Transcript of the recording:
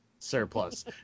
surplus